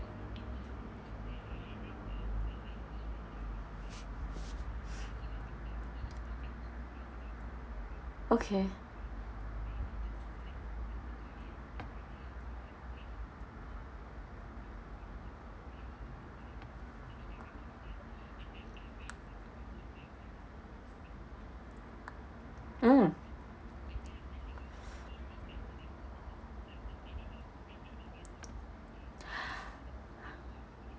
okay mm